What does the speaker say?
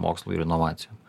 mokslui ir inovacijom